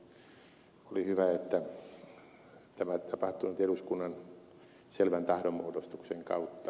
oli hyvä että tämä tapahtuu nyt eduskunnan selvän tahdonmuodostuksen kautta